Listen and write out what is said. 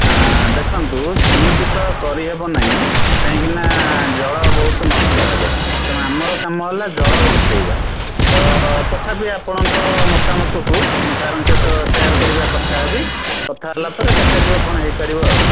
ଦେଖନ୍ତୁ ସେମିତି ତ କରିହେବ ନାହିଁ କାହିଁକିନା ଜଳ ବହୁତ ନଷ୍ଟ ହେବ ତେଣୁ ଆମର କାମ ହେଲା ଜଳ ବଞ୍ଚାଇବା ତ ତଥାପି ଆପଣଙ୍କ ମତାମତକୁ ମୁଁ ସାର୍ଙ୍କ ସହିତ ସେୟାର କରିବା କଥା ହେବି କଥା ହେଲା ପରେ ଦେଖାଯିବ କ'ଣ ହେଇପାରିବ ଆଉ